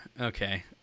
okay